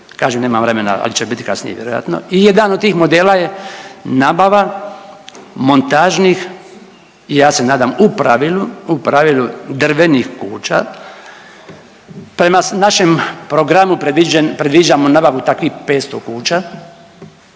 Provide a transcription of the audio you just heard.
Kažem, nemam vremena al će biti kasnije vjerojatno i jedan od tih modela je nabava montažnih i ja se nadam u pravilu, u pravilu drvenih kuća. Prema našem programu predviđamo nabavu takvih 500 kuća